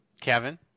Kevin